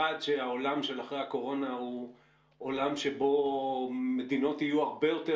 שהעולם שאחרי הקורונה הוא עולם שבו מדינות יהיו הרבה יותר